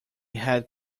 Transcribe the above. had